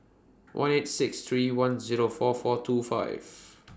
one eight six three one Zero four four two five